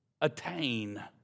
attain